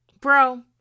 Bro